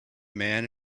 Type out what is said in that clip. man